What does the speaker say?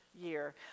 year